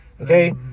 Okay